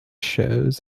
shows